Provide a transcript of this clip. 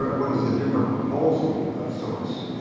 but what is the different proposal of sorts?